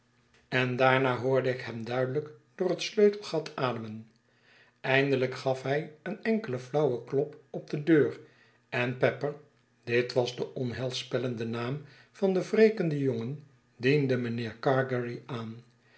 en daarna hoorde ik hem duidelijk door het sleutelgat ademen eindelyk gaf hij een enkelen flauwen klop op de deur en pepper dit was de onheilspellende naam van den wrekenden jongen diende mijnheer gargery aan